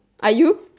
are you